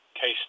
case